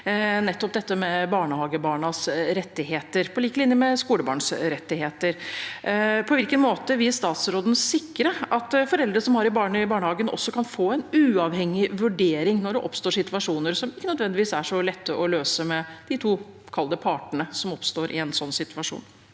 nettopp dette med barnehagebarns rettigheter – på lik linje med skolebarns rettigheter. På hvilken måte vil statsråden sikre at foreldre som har barn i barnehage, også kan få en uavhengig vurdering når det oppstår situasjoner som ikke nødvendigvis er så lette å løse med de to – kall det – partene som oppstår i en sånn situasjon?